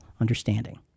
understanding